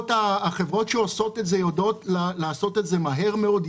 החברות שעושות את זה יודעות לעשות את זה מהר מאוד,